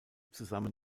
zusammen